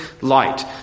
light